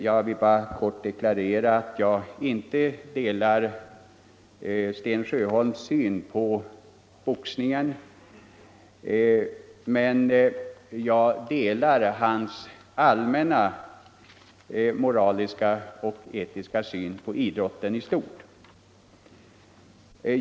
Jag vill bara kort deklarera att jag inte delar Sten Sjöholms syn på boxningen, men jag delar hans allmänna moraliska och etiska syn på idrotten i stort.